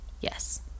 Yes